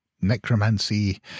Necromancy